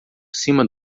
cima